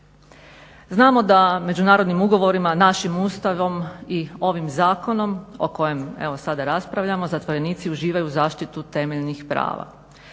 Znamo da međunarodnim ugovorima, našim Ustavom i ovim zakonom o kojem evo sada raspravljamo zatvorenici uživaju zaštitu temeljnih prava.